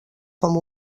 com